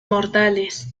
mortales